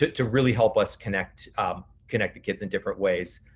but to really help us connect connect the kids in different ways.